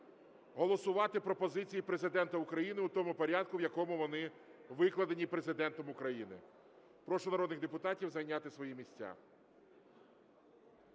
голосувати пропозиції Президента України у тому порядку, в якому вони викладені Президентом України. Прошу народних депутатів зайняти свої місця.